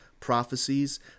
prophecies